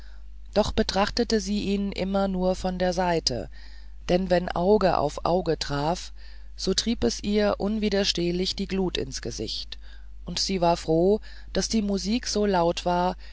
doch betrachtete sie ihn immer nur von der seite denn wenn auge auf auge traf so trieb es ihr unwiderstehlich die glut ins gesicht und sie war froh daß die musik so laut war